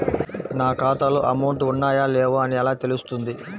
నా ఖాతాలో అమౌంట్ ఉన్నాయా లేవా అని ఎలా తెలుస్తుంది?